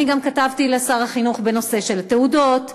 אני גם כתבתי לשר החינוך בנושא של התעודות,